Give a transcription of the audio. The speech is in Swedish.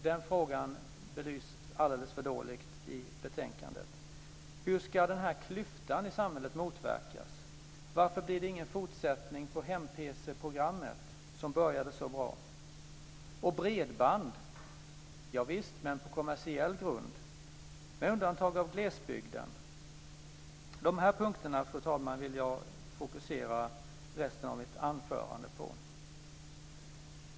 Den frågan belyses alldeles för dåligt i betänkandet. Hur ska klyftan i samhället motverkas? Varför blir det ingen fortsättning på hem-pc-programmet som började så bra? Bredband, javisst, men på kommersiell grund, med undantag av glesbygden. På de här frågorna, fru talman, vill jag fokusera resten av mitt anförande.